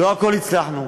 לא בכול הצלחנו.